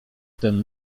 ten